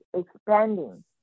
expanding